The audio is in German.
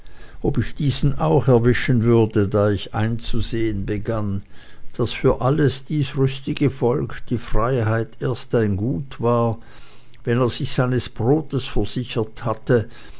ob ich diesen auch erwischen würde da ich einzusehen begann daß für alles dies rüstige volk die freiheit erst ein gut war wenn es sich seines brotes versichert hatte